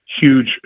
huge